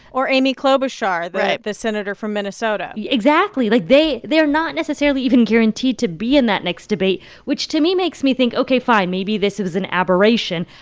or amy klobuchar. right. the senator from minnesota exactly. like, they they are not necessarily even guaranteed to be in that next debate, which to me makes me think, ok, fine, maybe this is an aberration.